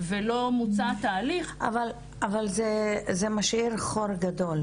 ולא מוצה התהליך --- אבל זה משאיר חור גדול.